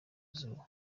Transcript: izuba